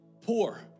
poor